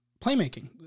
playmaking